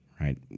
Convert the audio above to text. right